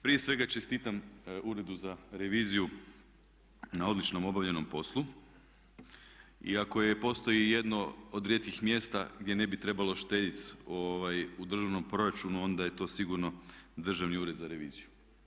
Prije svega čestitam Uredu za reviziju na odlično obavljenom poslu, iako postoji jedno od rijetkih mjesta gdje ne bi trebalo štedit u državnom proračunu, onda je to sigurno Državni ured za reviziju.